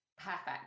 Perfect